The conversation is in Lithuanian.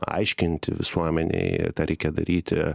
aiškinti visuomenei tą reikia daryti